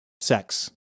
Sex